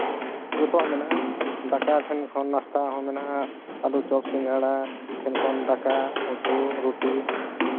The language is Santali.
ᱡᱚᱛᱚᱣᱟᱜ ᱢᱮᱱᱟᱜᱼᱟ ᱫᱟᱠᱟ ᱴᱷᱮᱱ ᱠᱷᱚᱱ ᱱᱟᱥᱛᱟ ᱦᱚᱸ ᱢᱮᱱᱟᱜᱼᱟ ᱟᱹᱞᱩ ᱪᱚᱯ ᱥᱤᱸᱜᱟᱲᱟ ᱴᱷᱮᱱ ᱠᱷᱚᱱ ᱫᱟᱠᱟ ᱩᱛᱩ ᱨᱩᱴᱤ